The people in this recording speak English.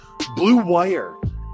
BLUEWIRE